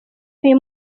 uyu